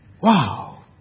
Wow